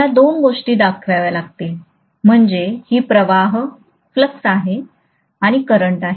मला दोन गोष्टी दाखवाव्या लागतील म्हणजे ही प्रवाह आहे आणि करंट आहे